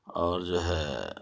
اور جو ہے